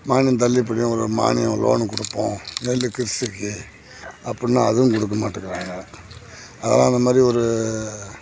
மானியம் தள்ளுபடியும் ஒரு ஒரு மானியம் லோனும் கொடுப்போம் நெல்லுக்கு சில்லு அப்புடின்னு அதுவும் கொடுக்க மாட்டுக்கிறாங்க அதுதான் இந்த மாதிரி ஒரு